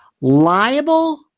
liable